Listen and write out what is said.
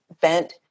bent